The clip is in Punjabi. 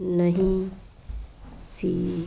ਨਹੀਂ ਸੀ